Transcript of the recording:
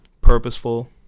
purposeful